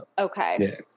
Okay